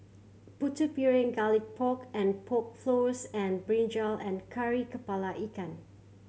Putu Piring Garlic Pork and Pork Floss and brinjal and Kari Kepala Ikan